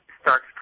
starts